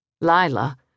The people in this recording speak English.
Lila